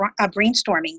brainstorming